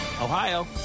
Ohio